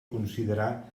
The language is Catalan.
considerar